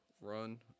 run